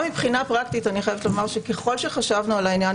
גם פרקטית ככל שחשבנו על העניין,